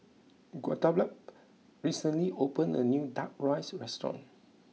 Guadalupe recently opened a new Duck Rice restaurant